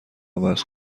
عوض